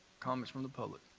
comments from the public?